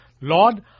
Lord